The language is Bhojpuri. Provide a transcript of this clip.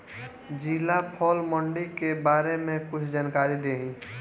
जिला फल मंडी के बारे में कुछ जानकारी देहीं?